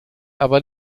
aber